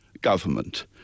government